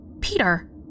Peter